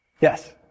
Yes